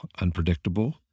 unpredictable